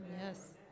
Yes